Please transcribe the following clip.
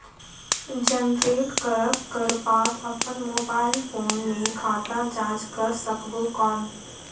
Generate करक कर बाद अपन मोबाइल फोन मे खाता जांच कर सकबो कौन?